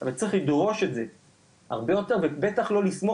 אבל צריך לדרוש את זה הרבה יותר ובטח לא לסמוך